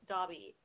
Dobby